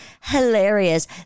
hilarious